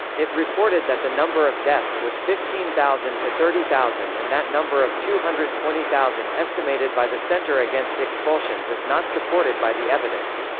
it reported that the number of deaths was fifteen thousand to thirty thousand and that number of two hundred and twenty thousand estimated by the centre against expulsions is not supported by the evidence.